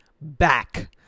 back